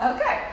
Okay